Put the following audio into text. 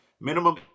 Minimum